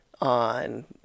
on